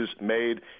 made